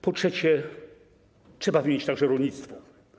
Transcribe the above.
Po trzecie, trzeba wymienić także rolnictwo.